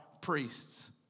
priests